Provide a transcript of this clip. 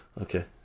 Okay